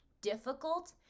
difficult